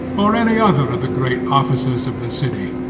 or any other of the great officers of the city.